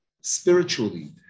spiritually